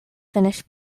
finnish